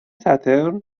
ساتِرن